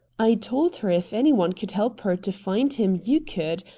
i told her if any one could help her to find him you could.